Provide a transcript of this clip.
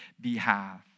behalf